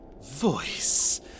voice